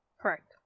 Correct